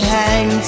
hang